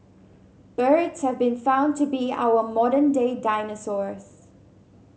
birds have been found to be our modern day dinosaurs